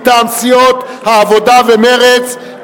מטעם סיעות העבודה ומרצ.